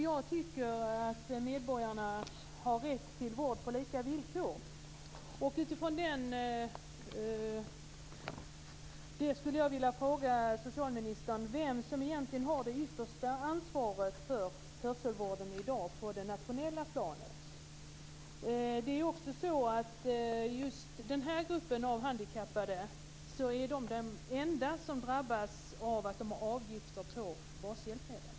Jag tycker att medborgarna har rätt till vård på lika villkor. Jag skulle vilja fråga socialministern vem som egentligen har det yttersta ansvaret för hörselvården i dag på det nationella planet. Det är också så att just den här gruppen av handikappade är den enda som drabbas av avgifter på bashjälpmedel.